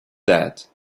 that